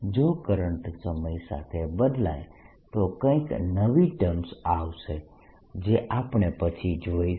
જો કરંટ સમય સાથે બદલાય તો કંઈક નવી ટર્મ્સ આવશે જે આપણે પછી જોઈશું